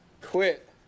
quit